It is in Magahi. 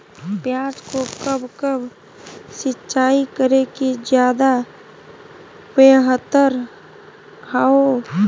प्याज को कब कब सिंचाई करे कि ज्यादा व्यहतर हहो?